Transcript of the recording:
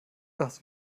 das